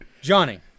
Johnny